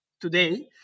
today